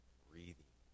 breathing